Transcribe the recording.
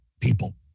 people